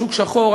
"שוק שחור",